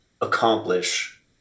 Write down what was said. accomplish